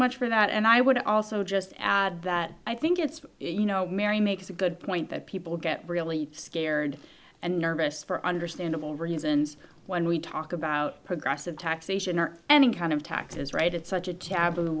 much for that and i would also just add that i think it's you know mary makes a good point that people get really scared and nervous for understandable reasons when we talk about progressive taxation or any kind of taxes right it's such a taboo